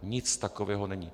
Nic takového není.